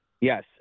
Yes